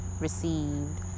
received